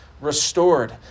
restored